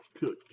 good